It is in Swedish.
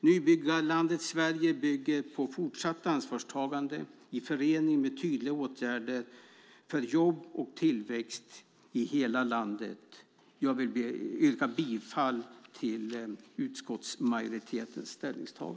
Nybyggarlandet Sverige bygger på fortsatt ansvarstagande i förening med tydliga åtgärder för jobb och tillväxt i hela landet. Jag vill yrka bifall till utskottsmajoritetens förslag.